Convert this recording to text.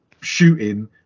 shooting